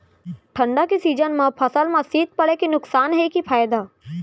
ठंडा के सीजन मा फसल मा शीत पड़े के नुकसान हे कि फायदा?